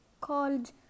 called